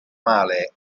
male